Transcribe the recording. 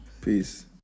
Peace